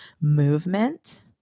movement